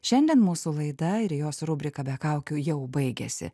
šiandien mūsų laida ir jos rubrika be kaukių jau baigiasi